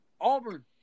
Auburn